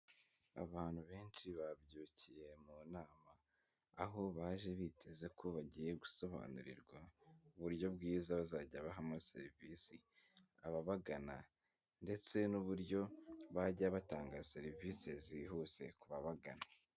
Abantu benshi babyukiye mu nama, aho baje biteze ko bagiye gusobanurirwa uburyo bwiza bazajya bahamo serivisi ababagana ndetse n'uburyo bajya batanga serivisi zihuse kubabagana.